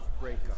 breakup